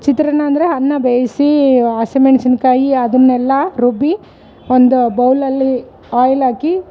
ಚಿತ್ರನ್ನ ಅಂದರೆ ಅನ್ನ ಬೇಯಿಸಿ ಹಸಿಮೆಣ್ಸಿನ್ಕಾಯಿ ಅದನ್ನೆಲ್ಲಾ ರುಬ್ಬಿ ಒಂದು ಬೌಲಲ್ಲಿ ಆಯ್ಲಾಕಿ